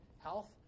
Health